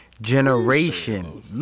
generation